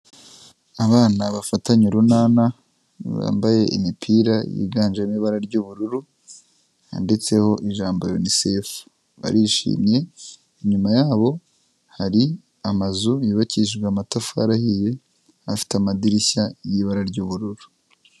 Abana bafatanye urunana bambaye imipira yiganjemo ibara ry'ubururu, yanditseho ijambo UNICEF, barishimye, inyuma yabo hari amazu yubakishijwe amatafari ahiye afite amadirishya y'ibara ry'ubururu.